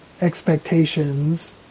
expectations